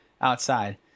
outside